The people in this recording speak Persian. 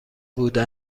بوده